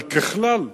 אבל ככלל,